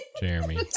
Jeremy